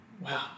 Wow